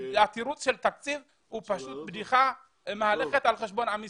התירוץ של תקציב הוא פשוט בדיחה מהלכת על חשבון עם ישראל.